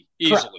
easily